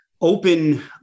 open